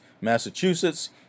Massachusetts